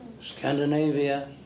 Scandinavia